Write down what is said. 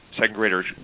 second-grader's